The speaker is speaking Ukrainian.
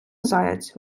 заяць